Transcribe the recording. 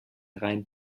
rein